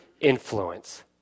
influence